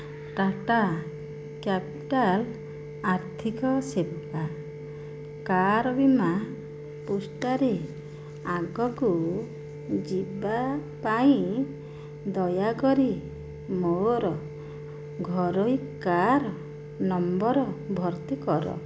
Tata capital ଆର୍ଥିକ ସେବା car ବୀମା ପୃଷ୍ଠାରେ ଆଗକୁ ଯିବା ପାଇଁ ଦୟାକରି ମୋର ଘରୋଇ କାର୍ ନମ୍ବର ଭର୍ତ୍ତି କର